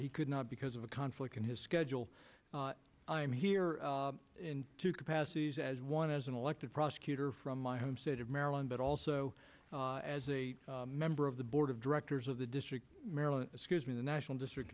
he could not because of a conflict in his schedule i'm here in two capacities as one as an elected prosecutor from my home state of maryland but also as a member of the board of directors of the district maryland excuse me the national district